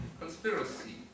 conspiracy